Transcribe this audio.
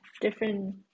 different